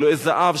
אלוהי זהב,